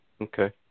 Okay